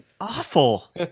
Awful